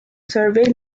survey